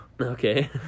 Okay